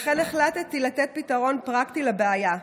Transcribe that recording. לכן החלטתי לתת פתרון פרקטי לבעיה.